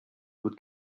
would